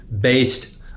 based